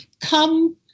come